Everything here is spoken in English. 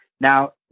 Now